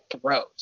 throws